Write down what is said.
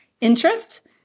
interest